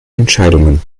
entscheidungen